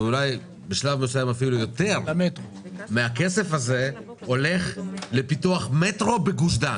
ואולי בשלב מסוים אפילו יותר מן הכסף הזה ילך לפיתוח מטרו בגוש דן.